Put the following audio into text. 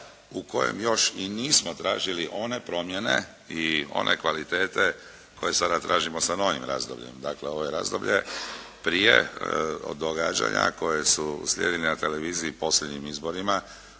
u kojem još i nismo tražili one promjene i one kvalitete koje sada tražimo sa novim razdobljem. Dakle, ovo je razdoblje prije događanja koja su uslijedila na televiziji na posljednjim izborima